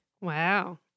Wow